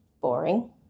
boring